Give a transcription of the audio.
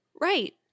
Right